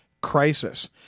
crisis